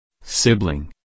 Sibling